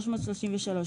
333,